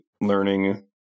learning